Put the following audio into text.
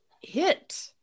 hit